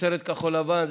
לתוצרת כחול לבן.